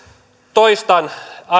toistan